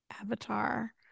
Avatar